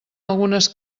algunes